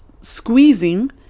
squeezing